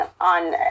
on